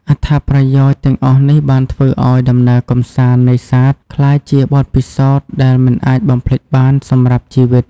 អត្ថប្រយោជន៍ទាំងអស់នេះបានធ្វើឱ្យដំណើរកម្សាន្តនេសាទក្លាយជាបទពិសោធន៍ដែលមិនអាចបំភ្លេចបានសម្រាប់ជីវិត។